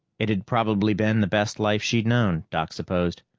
it had probably been the best life she'd known, doc supposed.